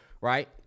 right